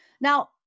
Now